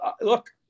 look